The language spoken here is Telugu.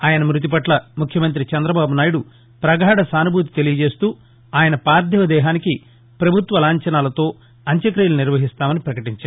ఆయన మృతి పట్ల ముఖ్యమంత్రి చందబాబు నాయుడు పగాధ సానుభూతి తెలియచేస్తూ ఆయన పార్టివ దేహానికి పభుత్వ లాంచనాలతో అంత్యక్తియలు నిర్వహిస్తామని ప్రకటించారు